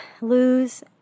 lose